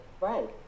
right